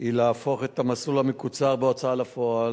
היא להפוך את המסלול המקוצר בהוצאה לפועל,